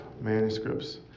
manuscripts